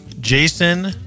Jason